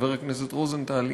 חבר הכנסת רוזנטל,